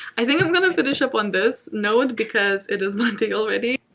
i think i'm gonna finish up on this note because it is monday already.